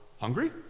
hungry